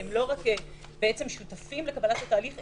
שהם לא רק שותפים לקבלת התהליך,